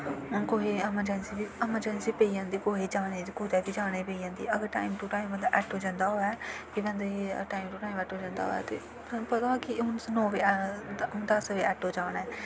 कुसै गी अमरजैंसी बी अमरजैंसी पेई जंदी कुसै गी जाने दी कुदै बी जाना पेई जंदा अगर टाइम टू टाइम आटो जंदा होऐ ते बंदे गी टाइम टू टाइम आटो जंदा होऐ ते सानूं पता हून दस बजे आटो जाना ऐ